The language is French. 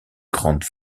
grande